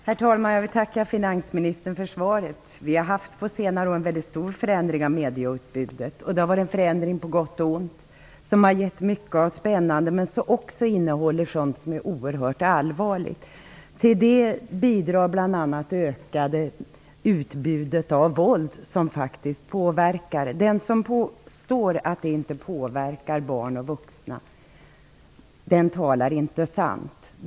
Herr talman! Jag vill tacka finansministern för svaret. Vi har på senare år haft en stor förändring av medieutbudet. Det har varit en förändring på gott och ont, som har gett mycket spännande men som också innehåller sådant som är oerhört allvarligt. Till det bidrar bl.a. det ökade utbudet av våld, som faktiskt påverkar. Den som påstår att det inte påverkar barn och vuxna, den talar inte sant.